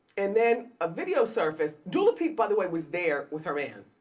and then a video surfaced, dula peep by the way was there with her man